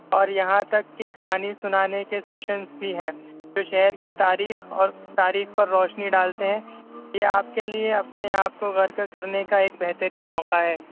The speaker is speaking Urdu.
اور یہاں تک کہ کہانی سنانے کے سیشنس بھی ہیں تو شہر کی تاریخ اور تاریخ پر روشنی ڈالتے ہیں یہ آپ کے لیے اپنے آپ کو غرق کرنے کا بہترین موقع ہے